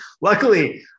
Luckily